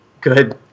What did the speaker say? good